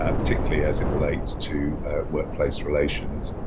ah particularly as it relates to workplace relations.